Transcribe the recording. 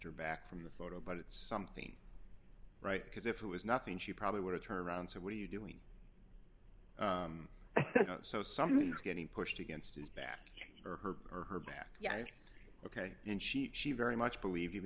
her back from the photo but it's something right because if it was nothing she probably would have turned around so what are you doing so someone's getting pushed against his back or her or her back yeah ok and she had she very much believe even